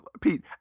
Pete